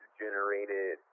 generated